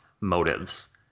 motives